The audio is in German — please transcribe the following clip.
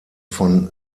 von